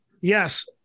yes